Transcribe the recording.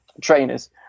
trainers